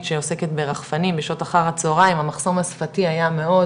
שעוסקת ברחפנים בשעות אחר הצהריים המחסום השפתי היה מאוד